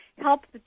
help